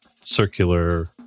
circular